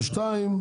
ושתיים,